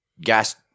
gas